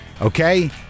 Okay